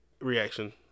reaction